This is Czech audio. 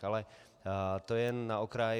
Ale to jen na okraj.